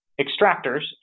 extractors